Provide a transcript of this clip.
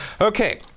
Okay